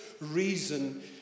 reason